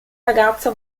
ragazza